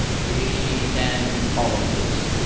we then follow the rules.